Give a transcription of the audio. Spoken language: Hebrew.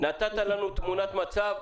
נתת לנו תמונת מצב.